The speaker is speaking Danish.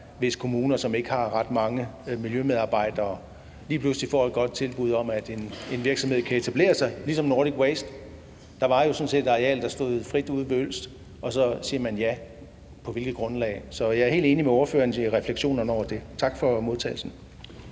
hvis kommuner, som ikke har ret mange miljømedarbejdere, lige pludselig får et godt tilbud om, at en virksomhed kan etablere sig, ligesom med Nordic Waste. Der var jo sådan set et areal, der stod frit ude ved Ølst, og så siger man ja, men på hvilket grundlag? Så jeg er helt enig med ordføreren i refleksionerne over det. Tak for modtagelsen.